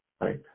Right